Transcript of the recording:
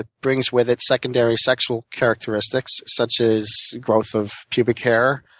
ah brings with it secondary sexual characteristics, such as growth of pubic hair,